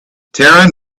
taran